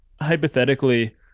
hypothetically